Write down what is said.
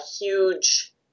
huge